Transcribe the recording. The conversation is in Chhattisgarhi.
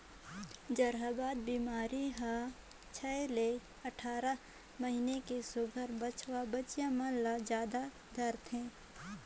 जहरबाद बेमारी हर छै ले अठारह महीना के सुग्घर बछवा बछिया मन ल जादा धरथे